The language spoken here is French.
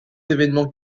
évènements